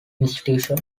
institution